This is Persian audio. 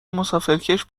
مسافرکش